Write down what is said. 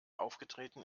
aufgetreten